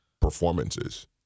performances